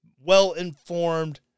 well-informed